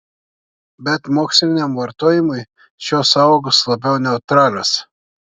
bet moksliniam vartojimui šios sąvokos labiau neutralios